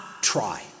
try